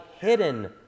hidden